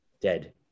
dead